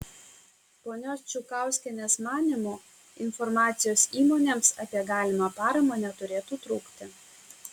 ponios čukauskienės manymu informacijos įmonėms apie galimą paramą neturėtų trūkti